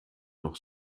noch